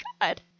God